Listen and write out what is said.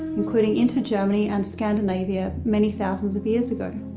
including into germany and scandinavia, many thousands of years ago.